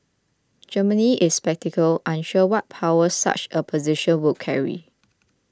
Germany is sceptical unsure what powers such a position would carry